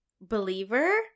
believer